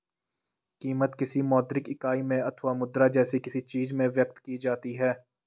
कीमत, किसी मौद्रिक इकाई में अथवा मुद्रा जैसी किसी चीज में व्यक्त की जाती है